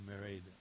married